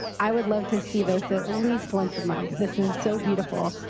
i would love to see this at least once a month. this is so beautiful.